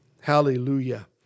Hallelujah